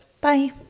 bye